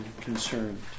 concerned